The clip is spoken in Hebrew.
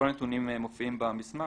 כל הנתונים מופיעים במסמך